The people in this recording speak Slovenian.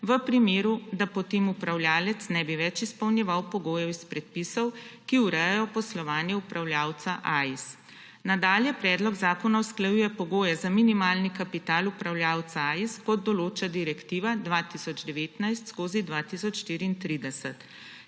v primeru, da potem upravljavec ne bi več izpolnjeval pogojev iz predpisov, ki urejajo poslovanje upravljavca AIS. Nadalje predlog zakona usklajuje pogoje za minimalni kapital upravljavca AIS, kot določa Direktiva 2019/2034.